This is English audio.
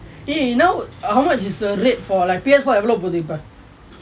eh do you know err how much is the rate for like P_S four எவ்வளவு போது இப்ப:evvalavu pothu ippa